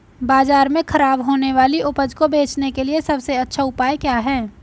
बाजार में खराब होने वाली उपज को बेचने के लिए सबसे अच्छा उपाय क्या है?